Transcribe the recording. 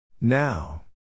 Now